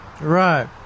Right